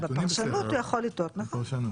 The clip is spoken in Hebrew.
אה, בפרשנות הוא יכול לטעות, נכון.